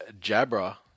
Jabra